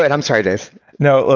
but i'm sorry, dave no,